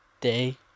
day